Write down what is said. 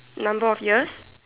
number of years